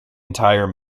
entire